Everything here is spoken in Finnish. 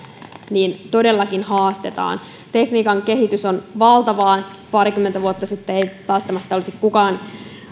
todellakin haastetaan tekniikan kehitys on valtavaa parikymmentä vuotta sitten ei välttämättä olisi kukaan